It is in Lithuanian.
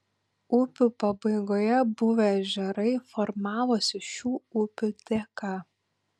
upių pabaigoje buvę ežerai formavosi šių upių dėka